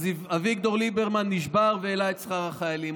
אביגדור ליברמן נשבר והעלה את החיילים.